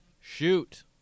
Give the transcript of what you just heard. shoot